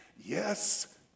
yes